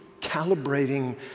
calibrating